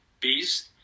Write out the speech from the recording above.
beast